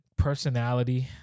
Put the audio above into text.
personality